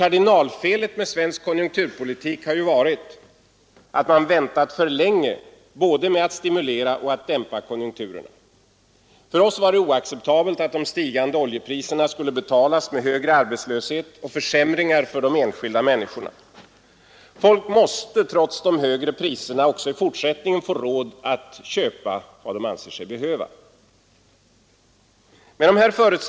Kardinalfelet med svensk konjunkturpolitik har ju varit att man väntat för länge både med att stimulera och med att dämpa konjunkturen. För oss var det oacceptabelt att de stigande oljepriserna skulle betalas med högre arbetslöshet och försämringar för de enskilda människorna. Folk måste, trots de högre priserna, också i fortsättningen få råd att köpa vad de anser sig behöva. Det var utgångspunkten.